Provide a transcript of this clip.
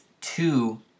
two